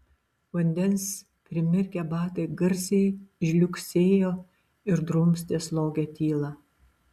vandens primirkę batai garsiai žliugsėjo ir drumstė slogią tylą